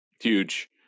huge